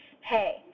hey